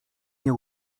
nie